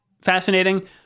fascinating